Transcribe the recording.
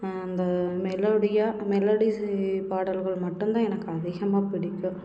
அந்த மெலோடியாக மெலோடிஸு பாடல்கள் மட்டும்தான் எனக்கு அதிகமாக பிடிக்கும்